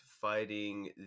fighting